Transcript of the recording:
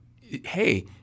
Hey